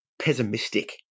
pessimistic